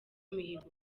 mihigo